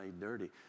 dirty